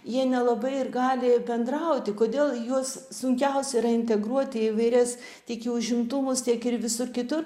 jie nelabai ir gali bendrauti kodėl juos sunkiausia yra integruot į įvairias tiek į užimtumus tiek ir visur kitur